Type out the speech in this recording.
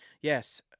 Yes